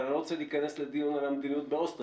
אבל אני לא רוצה להיכנס לדיון על המדיניות באוסטריה.